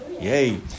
Yay